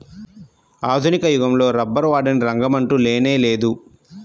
ఆధునిక యుగంలో రబ్బరు వాడని రంగమంటూ లేనేలేదు